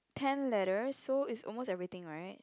ten letters so it's almost everything [right]